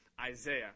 isaiah